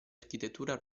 architettura